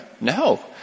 No